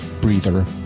breather